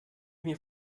mir